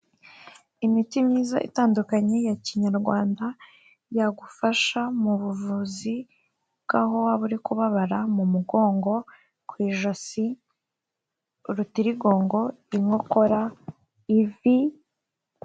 Imiti myiza itandukanye ya kinyarwanda yagufasha mu buvuzi bw'aho waba uri kubabara mu mugongo, ku ijosi, urutirigongo, inkokora, ivi,...